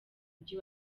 mujyi